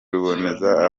ruboneza